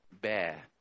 bear